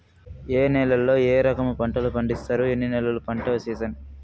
ఏ నేలల్లో ఏ రకము పంటలు పండిస్తారు, ఎన్ని నెలలు పంట సిజన్?